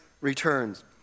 returns